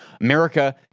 America